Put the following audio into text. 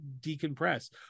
decompress